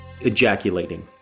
ejaculating